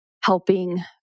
helping